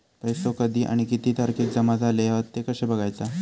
पैसो कधी आणि किती तारखेक जमा झाले हत ते कशे बगायचा?